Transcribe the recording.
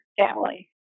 family